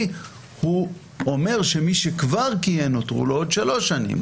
הוא אומר שמי שכבר כיהן נותרו לו עוד 3 שנים,